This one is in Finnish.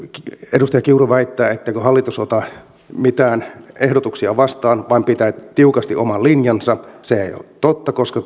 edustaja kiuru väittää ettei hallitus ota mitään ehdotuksia vastaan vaan pitää tiukasti oman linjansa niin se ei ole totta koska